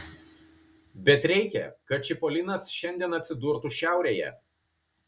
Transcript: bet reikia kad čipolinas šiandien atsidurtų šiaurėje